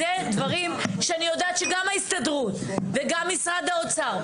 אלה דברים שאני יודעת שגם ההסתדרות וגם משרד האוצר,